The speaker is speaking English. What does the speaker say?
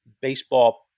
baseball